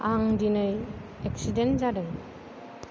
आं दिनै एक्सिदेन्ट जादों